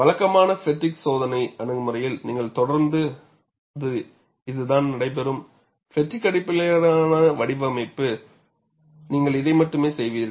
வழக்கமான ஃப்பெட்டிக் சோதனை அணுகுமுறையில் நீங்கள் தொடர்ந்தது இதுதான் நடைபெறும் ஃப்பெட்டிக் அடிப்படையிலான வடிவமைப்பு நீங்கள் இதை மட்டுமே செய்வீர்கள்